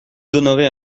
donnerai